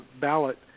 ballot